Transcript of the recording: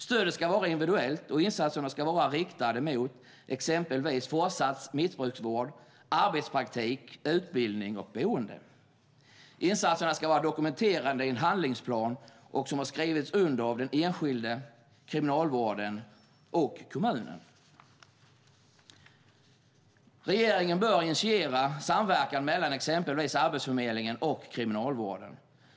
Stödet ska vara individuellt, och insatserna ska vara riktade mot exempelvis fortsatt missbruksvård, arbetspraktik, utbildning och boende. Insatserna ska vara dokumenterade i en handlingsplan som skrivits under av den enskilde, Kriminalvården och kommunen. Regeringen bör initiera samverkan mellan exempelvis Arbetsförmedlingen och Kriminalvården.